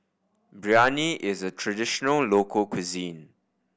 biryani is a traditional local cuisine